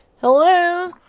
Hello